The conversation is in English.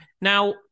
Now